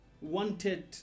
wanted